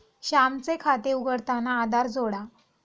श्यामचे खाते उघडताना आधार जोडा